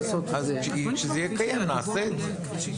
כשזה יהיה קיים נעשה את זה.